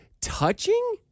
touching